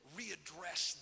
readdress